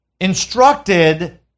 instructed